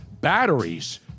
batteries